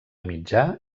mitjà